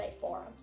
forum